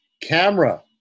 camera